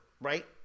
right